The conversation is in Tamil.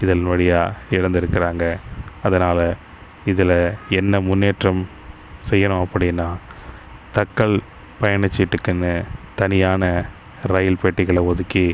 இதன் வழியாக இழந்திருக்கிறாங்க அதனால் இதில் என்ன முன்னேற்றம் செய்யணும் அப்படின்னா தட்கல் பயணச் சீட்டுக்குன்னு தனியாக ரயில் பெட்டிகளை ஒதுக்கி